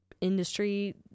industry